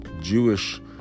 Jewish